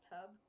hub